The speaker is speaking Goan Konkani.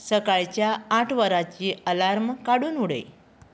सकाळच्या आठ वरांची अलार्म काडून उडय